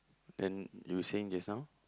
then you were saying just now